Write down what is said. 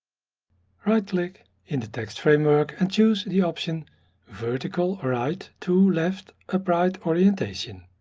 right click in the text framework and choose the option vertical right to left upright orientation.